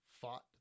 fought